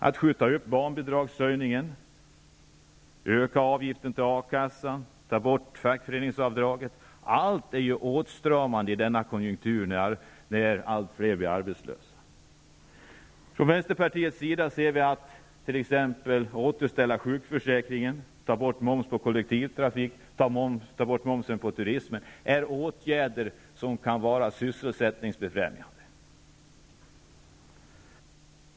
Att skjuta upp barnbidragshöjningen, öka avgifterna till A-kassan och ta bort fackföreningsavdraget är åtstramande i denna konjunktur när allt fler blir arbetslösa. Vi i vänsterpartiet anser att åtgärder såsom att återställa sjukförsäkringen och ta bort momsen på kollektivtrafik och turism kan vara sysselsättningsbefrämjande.